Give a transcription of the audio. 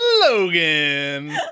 Logan